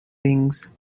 rings